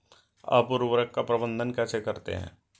आप उर्वरक का प्रबंधन कैसे करते हैं?